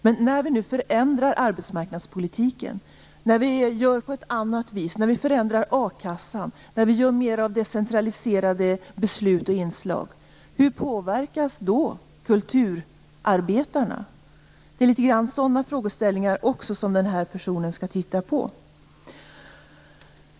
Men när vi nu förändrar arbetsmarknadspolitiken och a-kassan och när vi nu får mer av decentraliserade beslut och inslag kan man undra hur kulturarbetarna påverkas. Också sådana frågeställningar skall den här personen titta på.